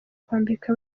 kwambika